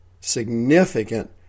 significant